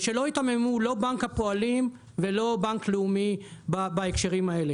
ושלא ייתממו בנק הפועלים ולא בנק לאומי בהקשרים האלה